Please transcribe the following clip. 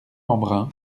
embrun